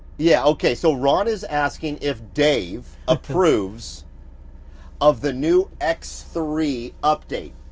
yeah, okay so ron is asking if dave approves of the new x three update.